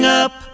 up